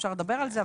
אפשר לדבר על זה.